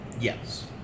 Yes